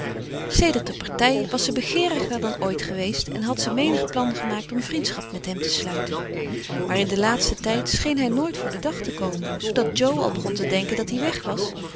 sedert de partij was ze begeeriger dan ooit geweest en had ze menig plan gemaakt om vriendschap met hem te sluiten maar in den laatsten tijd scheen hij nooit voor den dag te komen zoodat jo al begon te denken dat hij weg was